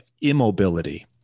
immobility